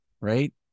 right